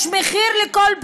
יש מחיר לכל בחירה.